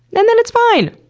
then then it's fine!